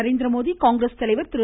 நரேந்திரமோடி காங்கிரஸ் தலைவர் திரு